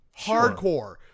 Hardcore